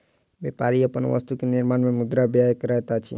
व्यापारी अपन वस्तु के निर्माण में मुद्रा व्यय करैत अछि